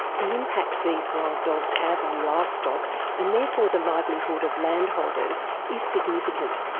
the impact these wild dogs have on livestock and therefore the livelihood of landholders is significant,